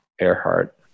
Earhart